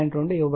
2 ఇవ్వబడింది